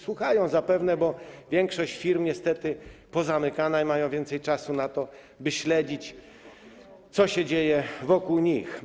Słuchają zapewne, bo większość firm niestety jest pozamykana i mają więcej czasu na to, by śledzić, co się dzieje wokół nich.